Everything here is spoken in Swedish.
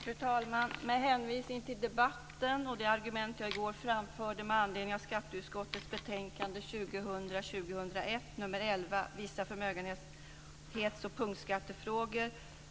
Fru talman! Med hänvisning till debatten och de argument jag i går framförde med anledning av skatteutskottets betänkande 2000/01:11 Vissa förmögenhets och punktskattefrågor